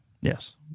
yes